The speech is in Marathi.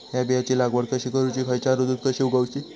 हया बियाची लागवड कशी करूची खैयच्य ऋतुत कशी उगउची?